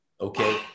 Okay